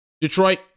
Detroit